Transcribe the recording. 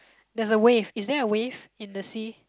there's a wave is there a wave in the sea